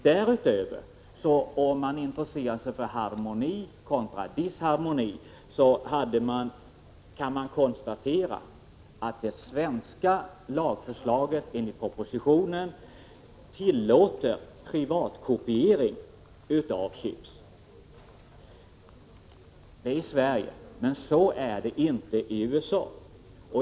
Därutöver konstaterar jag beträffande rättslig harmoni kontra disharmoni, att det enligt lagförslaget i propositionen blir tillåtet att i Sverige privatkopiera chips. Så är det inte i USA.